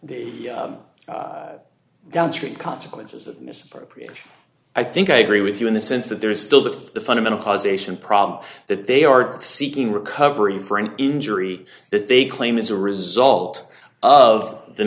the downstream consequences of misappropriation i think i agree with you in the sense that there is still that the fundamental causation problem that they are seeking recovery for an injury that they claim is a result of the